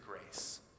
grace